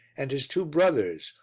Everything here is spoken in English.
and his two brothers,